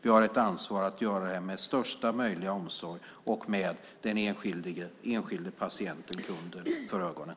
Vi har ett ansvar att göra detta med största möjliga omsorg och med den enskilde patienten, kunden, för ögonen.